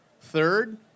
Third